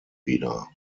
wieder